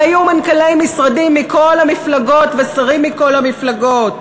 והיו מנכ"לי משרדים מכל המפלגות ושרים מכל המפלגות.